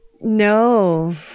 No